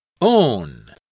Own